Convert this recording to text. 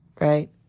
right